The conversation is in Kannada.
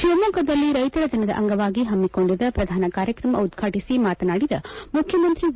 ಶಿವಮೊಗ್ಗದಲ್ಲಿ ರೈತರ ದಿನದ ಅಂಗವಾಗಿ ಪಮ್ಮಿಕೊಂಡಿದ್ದ ಪ್ರಧಾನ ಕಾರ್ಯಕ್ರಮ ಉದ್ಘಾಟಿಸಿ ಮಾತನಾಡಿದ ಮುಖ್ಯಮಂತ್ರಿ ಬಿ